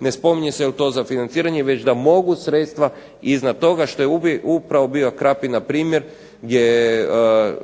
ne spominje se to za financiranje već da mogu sredstva iznad toga što je upravo Biokrapina primjer gdje je